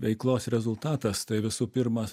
veiklos rezultatas tai visų pirma